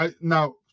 Now